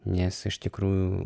nes iš tikrųjų